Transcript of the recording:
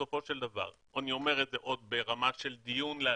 בסופו של דבר - אני אומר את זה ברמה של דיון להנחה,